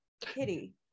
Kitty